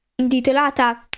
intitolata